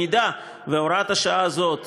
אם הוראת השעה הזאת